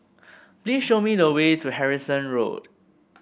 please show me the way to Harrison Road